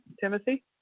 Timothy